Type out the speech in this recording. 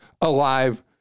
alive